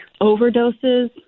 overdoses